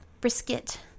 brisket